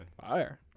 Fire